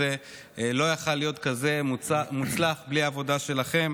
לא היה יכול להיות כנס כזה מוצלח בלי העבודה שלכם.